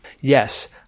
Yes